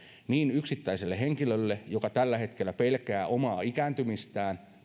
turvallisuudentunnetta yksittäiselle henkilölle joka tällä hetkellä pelkää omaa ikääntymistään